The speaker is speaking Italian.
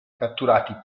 catturati